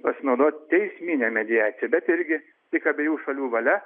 pasinaudoti teismine mediacija bet irgi tik abiejų šalių valia